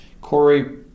Corey